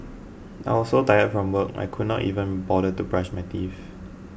I was so tired from work I could not even bother to brush my teeth